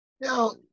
Now